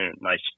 nice